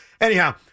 Anyhow